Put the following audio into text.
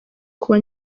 kuba